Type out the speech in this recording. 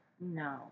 No